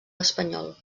espanyol